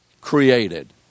created